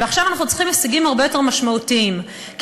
ועכשיו אנחנו צריכים הישגים הרבה יותר משמעותיים כי